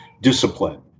discipline